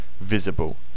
visible